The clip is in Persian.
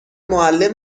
معلم